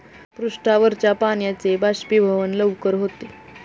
पृष्ठावरच्या पाण्याचे बाष्पीभवन लवकर होते